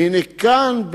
והנה כאן,